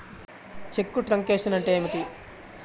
చెక్కు truncation అంటే ఏమిటి?